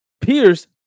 Pierce